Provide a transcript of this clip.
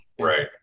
Right